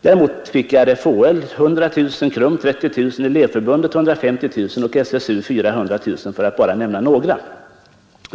Däremot fick RFHL 100 000 kronor, KRUM 30 000 kronor, Elevförbundet 150 000 kronor och SSU 400 000 kronor, för att bara nämna några.